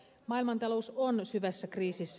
maailmantalous on syvässä kriisissä